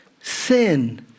sin